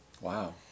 Wow